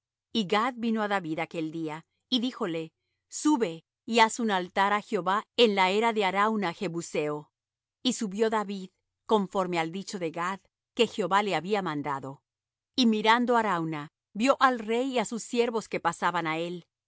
y gad vino á david aquel día y díjole sube y haz un altar á jehová en la era de arauna jebuseo y subió david conforme al dicho de gad que jehová le había mandado y mirando arauna vió al rey y á sus siervos que pasaban á él